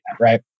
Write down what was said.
Right